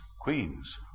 queens